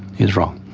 he's wrong